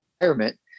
environment